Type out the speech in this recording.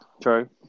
true